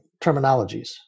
terminologies